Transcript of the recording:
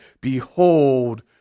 Behold